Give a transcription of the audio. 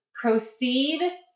proceed